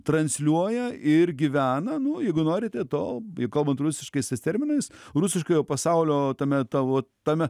transliuoja ir gyvena nu jeigu norite to jau kalbant rusiškais tais terminais rusiškojo pasaulio tame tavo tame